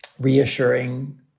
reassuring